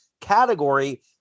category